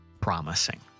promising